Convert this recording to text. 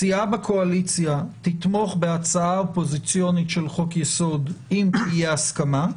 סיעה בקואליציה תתמוך בהצעה אופוזיציונית של חוק-יסוד אם תהיה הסכמה,